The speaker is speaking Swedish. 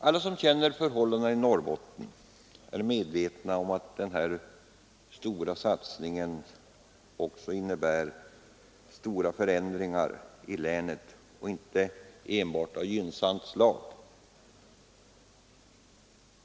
Alla som känner förhållandena i Norrbotten är medvetna om att denna stora satsning också innebär stora förändringar i länet, inte alla av enbart gynnsamt slag.